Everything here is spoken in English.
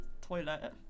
toilet